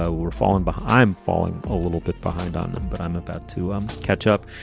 ah we're falling behind, falling a little bit behind on them. but i'm about to catch up.